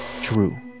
true